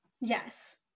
Yes